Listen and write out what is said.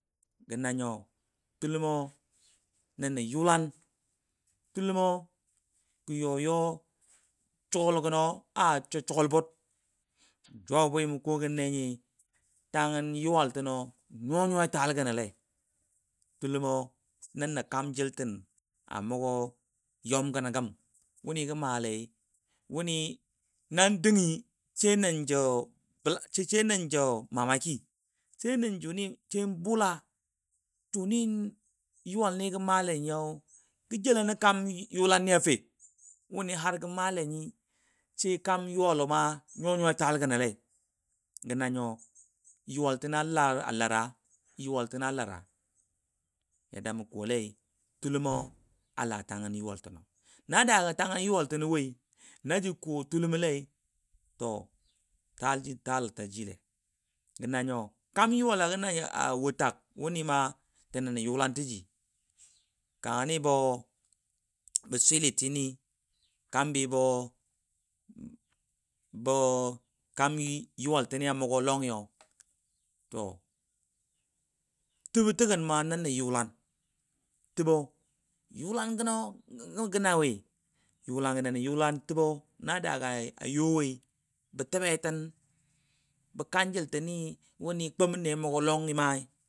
Gə nanyo tʊlʊmɔnən nə yulan, tʊlʊmɔgə yɔyɔ tʊlʊmɔ a sɔ sugʊl bur jʊ a bwi mʊ kɔgən ne nyi tan gən yuwal tənɔ nyuwa nyuwai tal gə nɔ le tʊlʊmɔ nən nə kaam jil tɨn a mʊgɔ yɔm gənɔ gəm gə malai wuni nan dɨngɨ sai a nən jə mamaki sai nən juni sai bʊla jʊni yuwal ni gə maale nyi yau. gə jela nə kaam yʊlan a fe wuni har gə male nyii se kaam yulama yuwa yuwai tal gənɔ le gə na nyo yuwal tənɔtɨna lara yuwal tɨna lara yadda mə kɔlai tʊlʊmɔla tan gən yuwal tɨnɔ ya dagɔ tan gən yuwalɔi na ja kɔ tʊlʊmɔ lei to talo taji le gəna nyo kaam yuwalo takwʊni ma jɨnɨ yulan tɨjɨ kami selitɨ ni kambi bo bo kambi yuwal tɨnɨ a mʊgɔ lɔngi to tɨbo təgən ma nəngə ni yʊlan tɨbo yulan gənɔ gəngɔ gə na we nə yʊlan tɨbo na daga yɔ wai bə təbetən bə kanjɨl tən ni kɔmbən ne a mʊgɔlɔnyi ma.